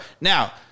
Now